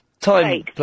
time